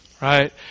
right